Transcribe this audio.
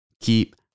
keep